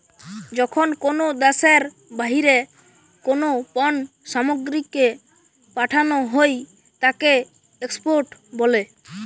যখন কোনো দ্যাশের বাহিরে কোনো পণ্য সামগ্রীকে পাঠানো হই তাকে এক্সপোর্ট বলে